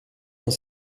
dans